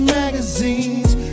magazines